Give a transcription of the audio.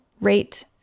rate